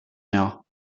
mehr